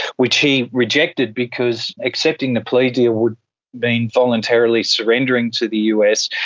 which he rejected because accepting the plea deal would mean voluntarily surrendering to the us,